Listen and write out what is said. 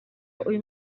uyu